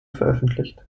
veröffentlicht